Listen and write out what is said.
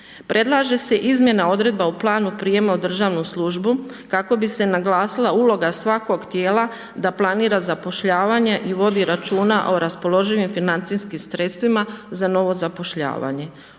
Predlaže se izmjena odredbe u planu prijema u državnu službu, kako bi se naglasila uloga svakog tijela, da planira zapošljavanje i vodi računa o raspoloživim financijskim sredstvima za novo zapošljavanje.